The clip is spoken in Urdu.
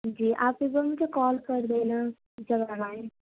جی آپ ایک بار مجھے کال کر دینا جب آپ آئیں